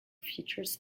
features